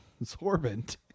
absorbent